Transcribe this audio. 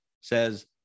says